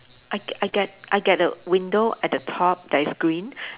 I get I get I get a window at the top that is green